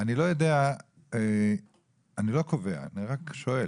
אני לא קובע, אני רק שואל